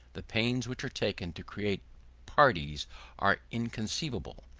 the pains which are taken to create parties are inconceivable,